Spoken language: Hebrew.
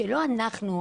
שלא אנחנו,